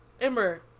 Ember